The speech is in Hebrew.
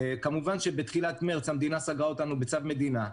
כמובן שבתחילת מרץ המדינה סגרה אותנו בצו מדינה.